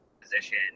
position